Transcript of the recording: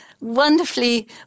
wonderfully